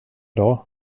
dag